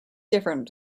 different